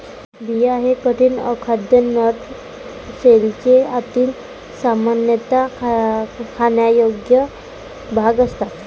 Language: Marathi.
बिया हे कठीण, अखाद्य नट शेलचे आतील, सामान्यतः खाण्यायोग्य भाग असतात